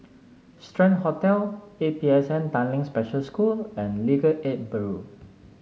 Strand Hotel A P S N Tanglin Special School and Legal Aid Bureau